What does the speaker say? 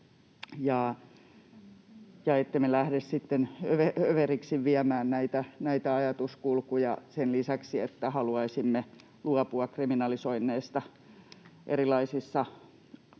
ettemme lähde sitten överiksi viemään näitä ajatuskulkuja sen lisäksi, että haluaisimme luopua kriminalisoinneista erilaisissa